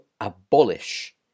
abolish